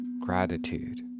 Gratitude